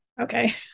Okay